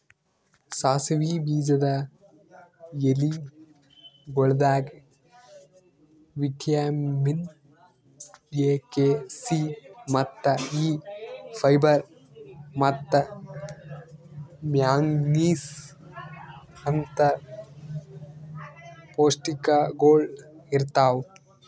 ಸಾಸಿವಿ ಬೀಜದ ಎಲಿಗೊಳ್ದಾಗ್ ವಿಟ್ಯಮಿನ್ ಎ, ಕೆ, ಸಿ, ಮತ್ತ ಇ, ಫೈಬರ್ ಮತ್ತ ಮ್ಯಾಂಗನೀಸ್ ಅಂತ್ ಪೌಷ್ಟಿಕಗೊಳ್ ಇರ್ತಾವ್